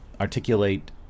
articulate